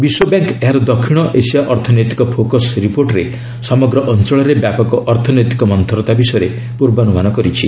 ବିଶ୍ୱ ବ୍ୟାଙ୍କ୍ ଏହାର ଦକ୍ଷିଣ ଏସିଆ ଅର୍ଥନୈତିକ ଫୋକସ୍ ରିପୋର୍ଟରେ ସମଗ୍ର ଅଞ୍ଚଳରେ ବ୍ୟାପକ ଅର୍ଥନୈତିକ ମନ୍ତରତା ବିଷୟରେ ପୂର୍ବାନୁମାନ କରିଛି